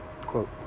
Quote